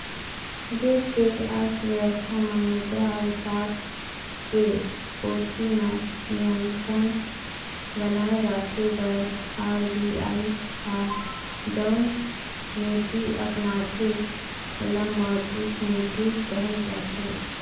देस के अर्थबेवस्था म मुद्रा अउ साख के पूरति म नियंत्रन बनाए रखे बर आर.बी.आई ह जउन नीति अपनाथे ओला मौद्रिक नीति कहे जाथे